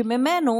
שממנו